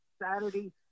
Saturday